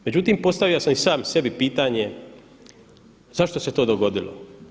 Međutim postavio sam i sam sebi pitanje, zašto se to dogodilo?